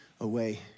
away